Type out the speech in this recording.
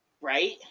Right